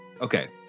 Okay